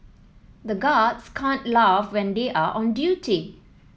the guards can't laugh when they are on duty